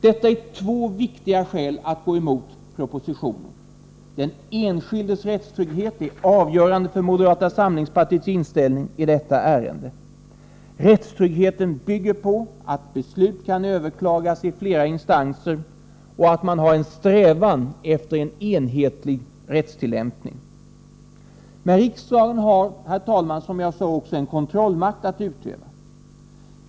Detta är två viktiga skäl att gå emot propositionen. Den enskildes rättstrygghet är avgörande för moderata samlingspartiets inställning i detta ärende. Rättstryggheten bygger på att beslut kan överklagas i flera instanser och att man har en strävan efter en enhetlig rättstillämpning. Men riksdagen har, herr talman, som jag sade, också en kontrollmakt att utöva.